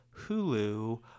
Hulu